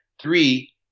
three